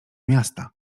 miasta